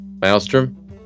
Maelstrom